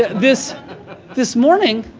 this this morning